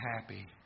happy